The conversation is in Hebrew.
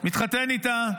מתחתן איתה,